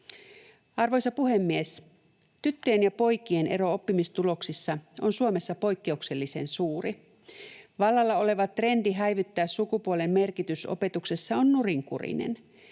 Arvoisa puhemies! Tyttöjen ja poikien ero oppimistuloksissa on Suomessa poikkeuksellisen suuri. Vallalla oleva trendi häivyttää sukupuolen merkitys opetuksessa on nurinkurinen.